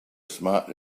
smart